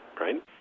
right